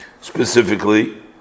specifically